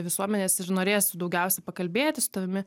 visuomenės ir norės daugiausiai pakalbėti su tavimi